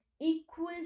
equal